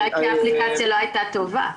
אולי כל האפליקציה לא הייתה טובה.